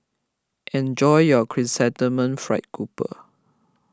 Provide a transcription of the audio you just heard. enjoy your Chrysanthemum Fried Grouper